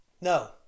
No